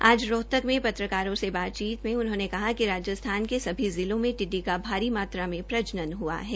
आज रोहतक में पत्रकारों से बातचीत में उन्होंने कहा कि राज्स्थान के सभी जिलों में टिड़डी का भारी मात्रा में प्रजनन हआ है